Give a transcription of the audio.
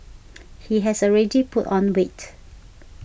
he has already put on weight